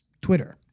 Twitter